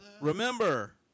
remember